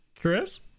Chris